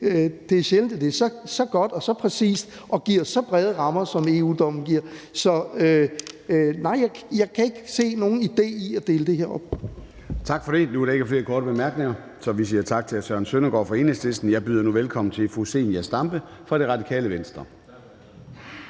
det er sjældent, at det er så godt og så præcist og giver så brede rammer, som EU-dommen giver. Så nej, jeg kan ikke se nogen idé i at dele det her op. Kl. 11:31 Formanden (Søren Gade): Nu er der ikke flere korte bemærkninger, så vi siger tak til hr. Søren Søndergaard fra Enhedslisten. Jeg byder nu velkommen til fru Zenia Stampe fra Radikale Venstre.